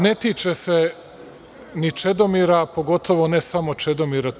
Ne tiče se ni Čedomira, a pogotovo ne samo Čedomira.